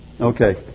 Okay